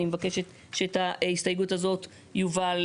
אני מבקשת שאת ההסתייגות הזאת יובל